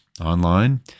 online